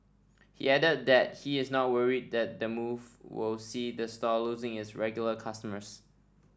he added that he is not worried that the move will see the store losing its regular customers